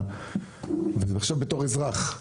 אני חושב בתור אזרח,